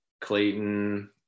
clayton